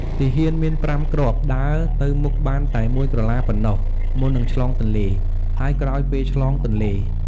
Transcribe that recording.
ទាហាន មានប្រាំគ្រាប់ ដើរទៅមុខបានតែមួយក្រឡាប៉ុណ្ណោះ មុននឹងឆ្លងទន្លេ ហើយក្រោយពេលឆ្លងទន្លេ។